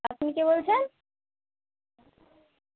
আপনি কে বলছেন